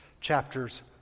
chapters